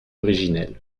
originel